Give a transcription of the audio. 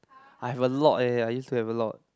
I've a lot eh I used to have a lot